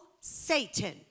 Satan